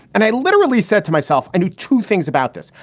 and i literally said to myself, i knew two things about this.